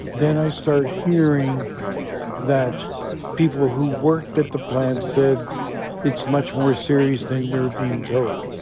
then i start hearing that people who worked at the plant said it's much more serious than you're being told